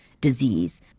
disease